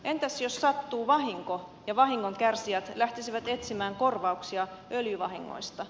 entäs jos sattuu vahinko ja vahingon kärsijät lähtisivät etsimään korvauksia öljyvahingoista